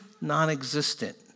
non-existent